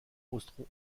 austro